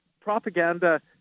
propaganda